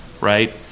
right